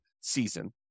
season